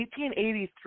1883